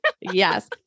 Yes